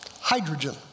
hydrogen